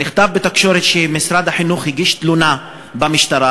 נכתב בתקשורת שמשרד החינוך הגיש תלונה במשטרה.